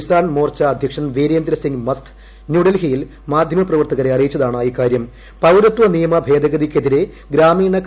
കിസാൻ മോർച്ച അധ്യക്ഷൻ വീരേന്ദ്ര സിംഗ് മസ്ത് ന്യൂഡൽഹിയിൽ മാധ്യമ പ്രവർത്തകരെ അറിയിച്ചതാണ് പൌരത്വ നിയമ ഭേദഗതിക്കെതിരെ ഗ്രാമീണ ഇക്കാര്യം